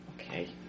Okay